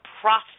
profit